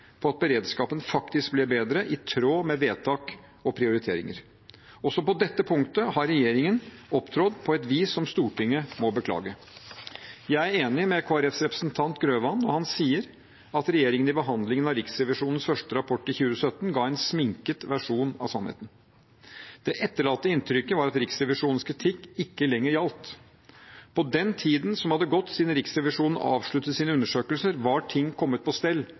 på at beredskapen faktisk ble bedre, i tråd med vedtak og prioriteringer. Også på dette punktet har regjeringen opptrådt på et vis som Stortinget må beklage. Jeg er enig med Kristelig Folkepartis representant Grøvan når han sier at regjeringen i behandlingen av Riksrevisjonens første rapport, i 2017, ga en «sminket versjon av sannheten». Det etterlatte inntrykket var at Riksrevisjonens kritikk ikke lenger gjaldt. På den tiden som hadde gått siden Riksrevisjonen avsluttet sine undersøkelser, var ting kommet på stell,